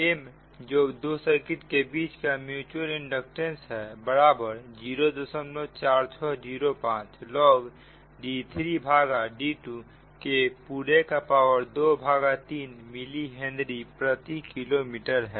M जो दो circuit के बीच का म्युचुअल इंडक्टेंस है बराबर 04605 log d3d2 के पूरे का पावर ⅔ मिली हेनरी प्रति किलोमीटर है